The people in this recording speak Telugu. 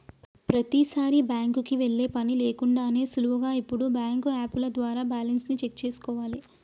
ప్రతీసారీ బ్యాంకుకి వెళ్ళే పని లేకుండానే సులువుగా ఇప్పుడు బ్యాంకు యాపుల ద్వారా బ్యాలెన్స్ ని చెక్ చేసుకోవాలే